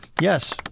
Yes